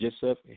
Joseph